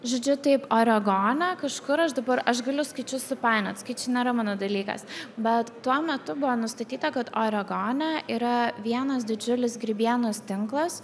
žodžiu taip oregone kažkur aš dabar aš galiu skaičius supainiot skaičiai nėra mano dalykas bet tuo metu buvo nustatyta kad oregone yra vienas didžiulis grybienos tinklas